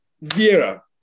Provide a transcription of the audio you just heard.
Vera